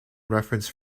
reference